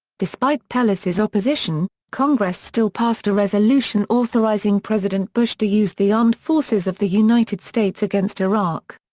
despite pelosi's opposition, congress still passed a resolution authorizing president bush to use the armed forces of the united states against iraq.